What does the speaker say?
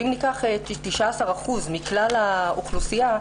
אם ניקח 19% מכלל האוכלוסייה,